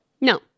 No